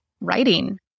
writing